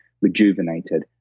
rejuvenated